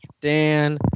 Dan